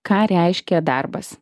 ką reiškia darbas